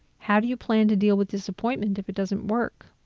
how do you plan to deal with disappointment if it doesn't work?